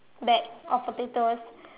bag of potatoes